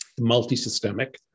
multisystemic